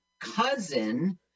cousin